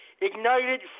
ignited